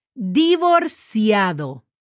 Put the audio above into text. Divorciado